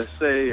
say